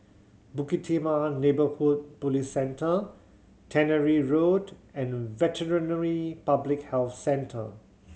Bukit Timah Neighbourhood Police Centre Tannery Road and Veterinary Public Health Centre